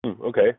Okay